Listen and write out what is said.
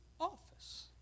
office